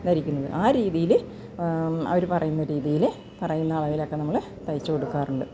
ധരിക്കുന്നത് ആ രീതിയിൽ അവര് പറയുന്ന രീതിയിൽ പറയുന്ന അളവിലൊക്കെ നമ്മള് തയിച്ച് കൊടുക്കാറുണ്ട്